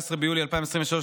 19 ביולי 2023,